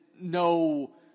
no